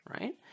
right